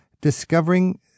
discovering